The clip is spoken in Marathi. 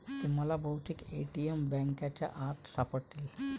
तुम्हाला बहुतेक ए.टी.एम बँकांच्या आत सापडतील